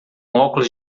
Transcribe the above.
óculos